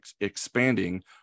expanding